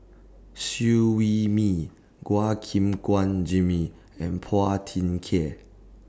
Siew Wee Mee Gim Guan Jimmy and Phua Thin Kiay